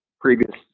previous